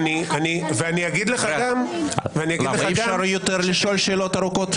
אני אגיד לך גם --- אי-אפשר יותר לשאול שאלות ארוכות?